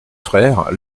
frères